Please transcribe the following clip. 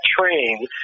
train